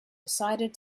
decided